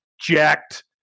jacked